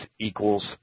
equals